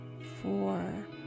four